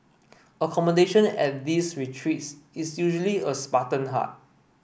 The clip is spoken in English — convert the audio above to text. accommodation at these retreats is usually a spartan hut